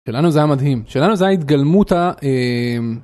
שלנו זה היה מדהים שלנו זה ההתגלמות ה..